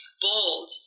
bold